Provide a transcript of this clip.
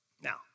now